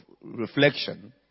reflection